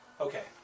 Okay